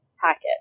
packet